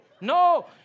no